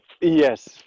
Yes